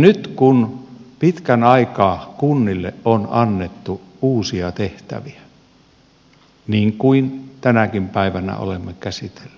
nyt kun pitkän aikaa kunnille on annettu uusia tehtäviä niin kuin tänäkin päivänä olemme käsitelleet